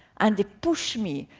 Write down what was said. and they pushed me,